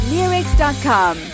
Lyrics.com